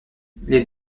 les